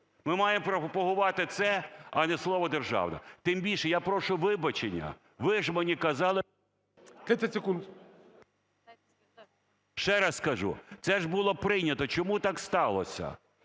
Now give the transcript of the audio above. Ми маємо пропагувати це, а не слово "державна". Тим більше я прошу вибачення, ви ж мені казали… ГОЛОВУЮЧИЙ. 30 секунд. ЛЕСЮК Я.В. Ще раз кажу, це ж було прийнято, чому так сталося?